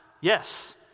Yes